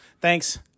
Thanks